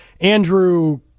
Andrew